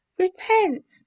Repent